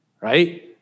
Right